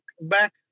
back